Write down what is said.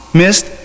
missed